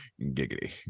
giggity